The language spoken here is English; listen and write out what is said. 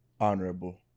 honorable